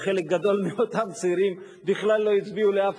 שחלק גדול מאותם צעירים בכלל לא הצביעו לאף